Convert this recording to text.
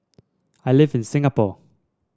I live in Singapore